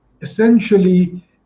essentially